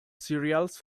cereals